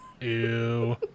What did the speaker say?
Ew